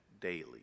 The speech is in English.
daily